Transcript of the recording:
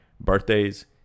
birthdays